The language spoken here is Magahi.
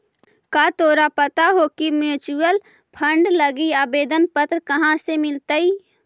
का तोरा पता हो की म्यूचूअल फंड लागी आवेदन पत्र कहाँ से मिलतई?